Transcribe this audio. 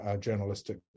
journalistic